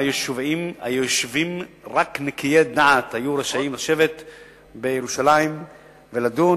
שרק נקיי דעת היו רשאים לשבת בירושלים ולדון.